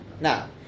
Now